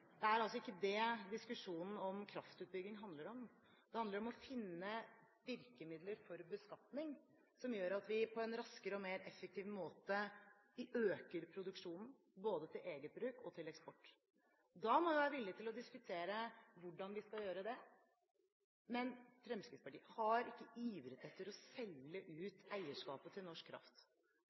Det er altså ikke det diskusjonen om kraftutbygging handler om. Det handler om å finne virkemidler for beskatning som gjør at vi på en raskere og mer effektiv måte øker produksjonen, både til eget bruk og til eksport. Da må vi være villige til å diskutere hvordan vi skal gjøre det. Men Fremskrittspartiet har ikke ivret etter å selge ut eierskapet til norsk kraft.